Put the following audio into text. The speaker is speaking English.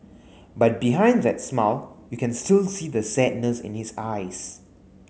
but behind that smile you can still see the sadness in his eyes